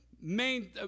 main